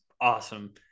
awesome